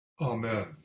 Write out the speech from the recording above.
Amen